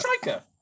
striker